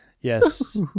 Yes